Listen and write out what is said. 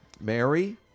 Mary